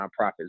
nonprofits